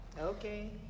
Okay